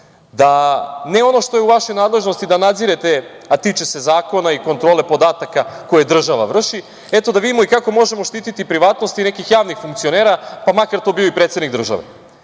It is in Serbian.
da ne ono što je u vašoj nadležnosti da nadzirete, a tiče se zakona i kontrole podataka koje država vrši, eto da vidimo kako možemo štititi privatnosti nekih javnih funkcionera, pa makar to bio i predsednik države.